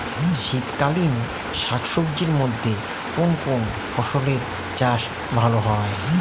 শীতকালীন শাকসবজির মধ্যে কোন কোন ফসলের চাষ ভালো হয়?